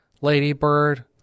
Ladybird